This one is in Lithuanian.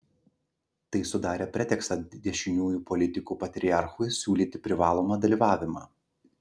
tai sudarė pretekstą dešiniųjų politikų patriarchui siūlyti privalomą dalyvavimą